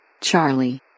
Charlie